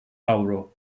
avro